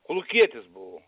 kolūkietis buvo